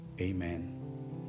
Amen